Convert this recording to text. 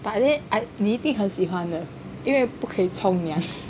but then 你一定很喜欢的因为不可以冲凉